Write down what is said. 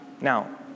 Now